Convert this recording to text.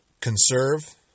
conserve